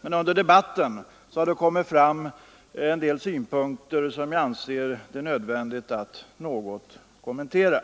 Men det har under debatten anförts en del synpunkter som jag anser det nödvändigt att något kommentera.